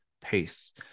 pace